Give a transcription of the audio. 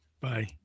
bye